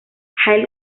halle